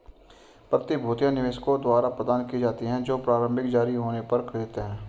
प्रतिभूतियां निवेशकों द्वारा प्रदान की जाती हैं जो प्रारंभिक जारी होने पर खरीदते हैं